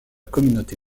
communauté